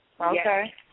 Okay